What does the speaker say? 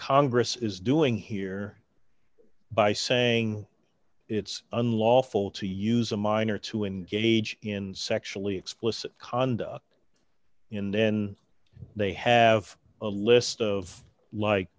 congress is doing here by saying it's unlawful to use a minor to engage in sexually explicit conduct in then they have a list of like